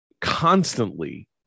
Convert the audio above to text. constantly